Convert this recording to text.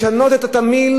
לשנות את התמהיל